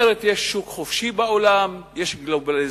היא אומרת: יש שוק חופשי בעולם, יש גלובליזציה,